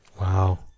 Wow